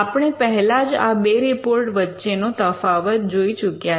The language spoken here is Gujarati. આપણે પહેલાં જ આ બે રિપોર્ટ વચ્ચેની તફાવત જોઈ ચૂક્યા છે